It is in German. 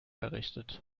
errichtet